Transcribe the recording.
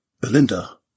Belinda